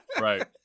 Right